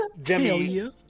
Jimmy